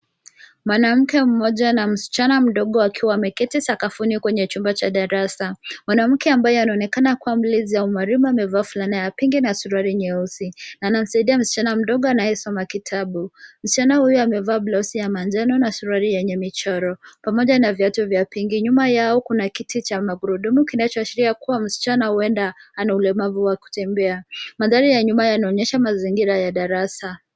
Mwanamke mmoja na msichana mdogo akiwa ameketi sakafuni kwenye chumba cha darasa. Mwanamke ambaye anaonekana kwa mlezi au mwalimu amevaa fulana ya pinki na suruali nyeusi na anamsaidia msichana mdogo anayesoma kitabu. Msichana huyo amevaa blausi ya manjano na suruali yenye michoro pamoja na viatu vya pinki. Nyuma yao kuna kiti cha magurudumu kinachoashiria kuwa msichana huenda ana ulemavu wa kutembea. Mandhari ya nyuma yanaonyesha mazingira ya darasa.